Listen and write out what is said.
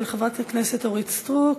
של חברת הכנסת אורית סטרוק,